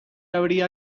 habría